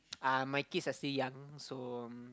uh my kids are still young so